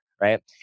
right